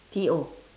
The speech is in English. T O